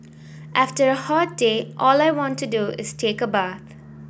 after a hot day all I want to do is take a bath